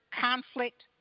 conflict